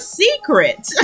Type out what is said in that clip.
secret